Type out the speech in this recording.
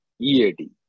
EAD